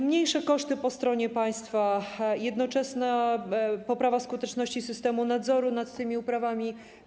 Mniejsze koszty po stronie państwa, jednocześnie poprawa skuteczności systemu nadzoru nad tymi uprawami.